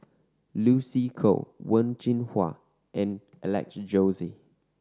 Lucy Koh Wen Jinhua and Alex Josey